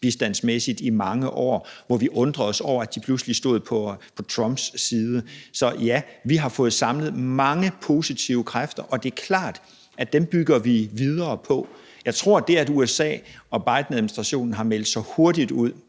udviklingsbistandsmæssigt i mange år, hvor vi undrede os over, at de pludselig stod på Trumps side. Så ja, vi har fået samlet mange positive kræfter, og det er klart, at dem bygger vi videre på. Jeg tror, at det, at USA og Bidenadministrationen har meldt så hurtigt ud,